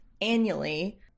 annually